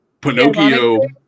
Pinocchio